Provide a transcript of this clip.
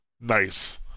nice